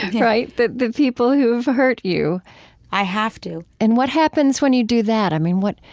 right? that the people who've hurt you i have to and what happens when you do that? i mean, what,